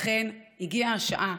לכן הגיעה השעה,